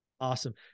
Awesome